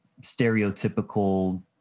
stereotypical